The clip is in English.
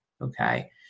Okay